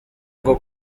bwo